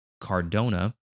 Cardona